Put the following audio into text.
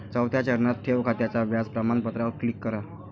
चौथ्या चरणात, ठेव खात्याच्या व्याज प्रमाणपत्रावर क्लिक करा